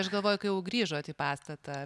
aš galvoju kai jau grįžot į pastatą